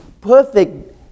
perfect